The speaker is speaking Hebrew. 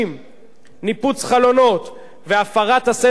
ניפוץ חלונות והפרת הסדר הציבורי,